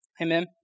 Amen